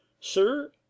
Sir